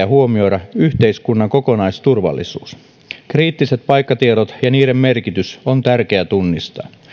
huomioida yhteiskunnan kokonaisturvallisuus kriittiset paikkatiedot ja niiden merkitys on tärkeä tunnistaa